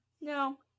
No